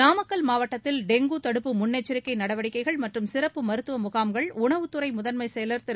நாமக்கல் மாவட்டத்தில் டெங்கு தடுப்பு முள்னெச்சரிக்கை நடவடிக்கைகள் மற்றும் சிறப்பு மருத்துவ முகாம்களை உணவுத்துறை முதன்மைச் செயலர் திரு